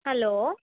hello